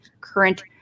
current